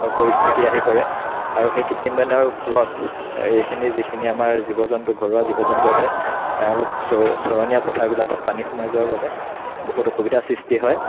পৰিস্থিতি আহি পৰে আৰু সেই কৃত্ৰিম বানৰ ফলত এইখিনি যিখিনি আমাৰ জীৱ জন্তু ঘৰুৱা জীৱ জন্তু আছে তেওঁলোক চৰ চৰণীয়া পথাৰবিলাকত পানী সোমাই যোৱা বাবে বহুত অসুবিধা সৃষ্টি হয়